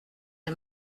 les